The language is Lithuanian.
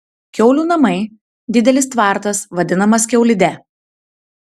kiaulių namai didelis tvartas vadinamas kiaulide